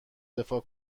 دفاع